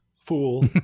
Fool